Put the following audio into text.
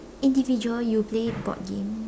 individual you play sport games